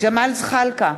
ג'מאל זחאלקה,